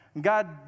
God